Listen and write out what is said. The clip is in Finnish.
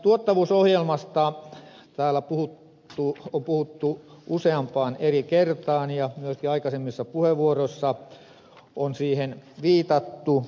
tuottavuusohjelmasta täällä on puhuttu useaan eri kertaan ja myöskin aikaisemmissa puheenvuoroissa on siihen viitattu